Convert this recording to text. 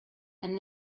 and